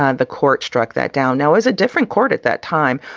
ah the court struck that down now as a different court at that time.